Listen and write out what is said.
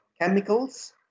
chemicals